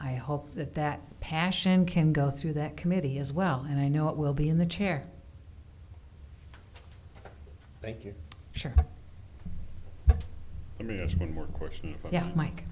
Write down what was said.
i hope that that passion can go through that committee as well and i know it will be in the chair thank you sure there's been more question yeah mike